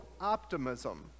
optimism